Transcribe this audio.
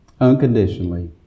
unconditionally